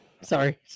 Sorry